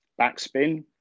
Backspin